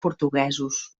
portuguesos